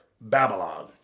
Babylon